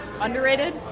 Underrated